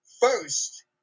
first